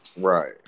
Right